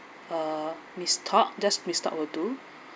uh miss tok just miss tok will do